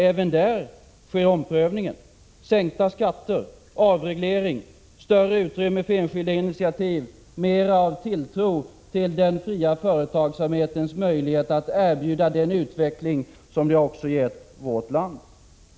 Även där sker omprövningar: sänkta skatter, avreglering, större utrymme för enskilda initiativ, mera av tilltro till den fria företagsamhetens möjlighet att erbjuda den utveckling som den också har gett vårt land.